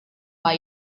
pak